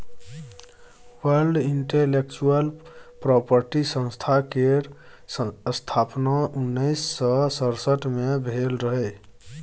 world intellectual property संस्था केर स्थापना उन्नैस सय सड़सठ मे भेल रहय